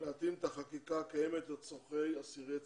להתאים את החקיקה הקיימת לצרכי אסירי ציון.